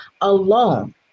alone